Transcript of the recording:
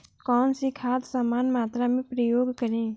कौन सी खाद समान मात्रा में प्रयोग करें?